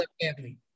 Family